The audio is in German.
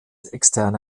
externe